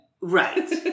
Right